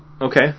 okay